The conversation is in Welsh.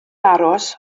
aros